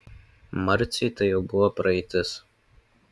marciui tai jau buvo praeitis